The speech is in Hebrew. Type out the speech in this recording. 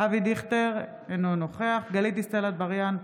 אבי דיכטר, אינו נוכח גלית דיסטל אטבריאן,